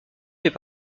fait